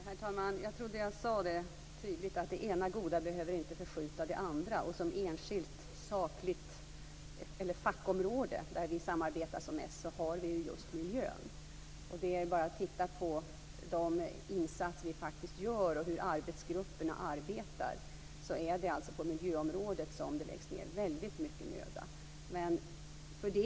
Herr talman! Jag trodde jag sade tydligt att det ena goda inte behöver förskjuta det andra. Miljön är det enskilda fackområde där vi samarbetar som mest. Man behöver bara titta på de insatser vi faktiskt gör och hur arbetsgrupperna arbetar för att se att det läggs ned väldigt mycket möda på miljöområdet.